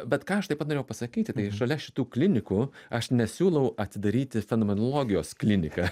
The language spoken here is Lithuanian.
bet ką aš taip pat norėjau pasakyti tai šalia šitų klinikų aš nesiūlau atidaryti fenomenologijos kliniką